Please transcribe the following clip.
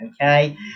Okay